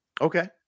okay